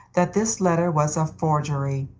that this letter was a forgery,